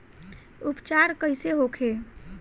उपचार कईसे होखे?